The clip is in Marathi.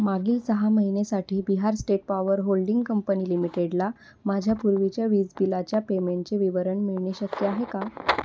मागील सहा महिनेसाठी Bihar state power holding company लिमिटेडला माझ्या पूर्वीच्या वीज बिलाच्या पेमेंटचे विवरण मिळणे शक्य आहे का